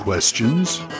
Questions